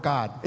God